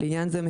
לעניין זה,